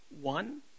One